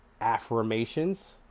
affirmations